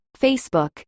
Facebook